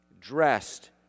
dressed